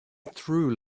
through